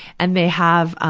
and they have, um,